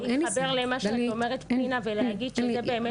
להתחבר למה שאת אומרת פנינה ולהגיד שזה באמת,